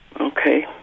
Okay